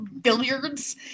Billiards